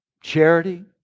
charity